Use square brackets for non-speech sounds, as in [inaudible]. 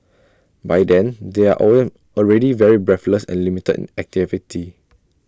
by then they are [unintelligible] already very breathless and limited in activity